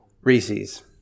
Reese's